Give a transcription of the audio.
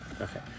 Okay